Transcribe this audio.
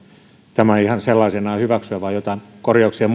tämän ihan sellaisenaan hyväksyä vai jollain korjauksilla